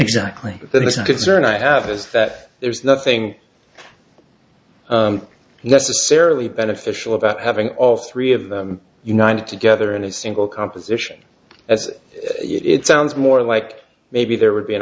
same concern i have is that there's nothing necessarily beneficial about having all three of them united together in a single composition as it sounds more like maybe there would be an